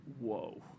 Whoa